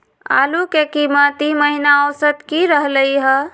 आलू के कीमत ई महिना औसत की रहलई ह?